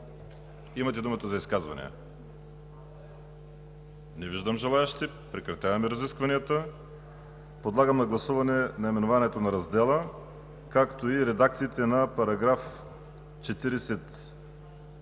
Имате думата за изказвания. Не виждам желаещи. Прекратяваме разискванията. Гласуваме наименованието на раздела, както и редакциите на параграфи